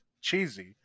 cheesy